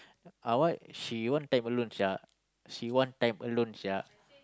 uh what she want time alone sia she want time alone sia